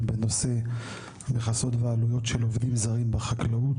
בנושא מכסות ועלויות של עובדים זרים בחקלאות.